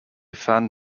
fan